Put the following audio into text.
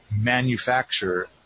manufacture